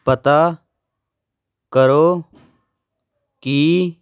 ਪਤਾ ਕਰੋ ਕਿ